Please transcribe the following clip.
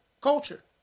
culture